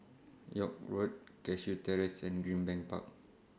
York Road Cashew Terrace and Greenbank Park